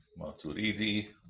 Maturidi